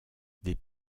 des